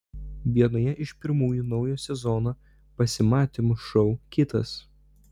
vienoje iš pirmųjų naujo sezono pasimatymų šou kitas